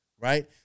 right